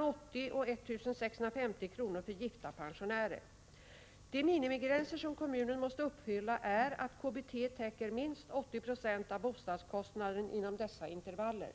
och 80 kr. och 1 650 kr. för gifta pensionärer. De minimigränser som kommunen måste uppfylla är att KBT täcker minst 80 920 av bostadskostnaden inom dessa intervaller.